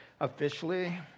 officially